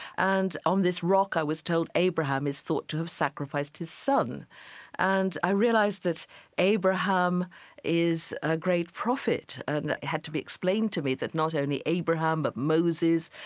and on this rock i was told abraham is thought to have sacrificed his son and i realized that abraham is a great prophet. and it had to be explained to me that not only abraham, but moses,